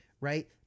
Right